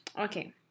Okay